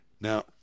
Now